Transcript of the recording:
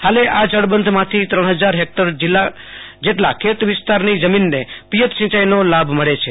હાલે આ જળ બંધ માંથી ત્રણ ફજાર હેક્ટર જેટલા ખેત વિસ્તારની જમીનને પિયત સિંચાઈનો લાભ મળે છે